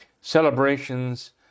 celebrations